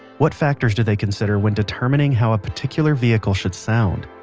what factors do they consider when determining how a particular vehicle should sound,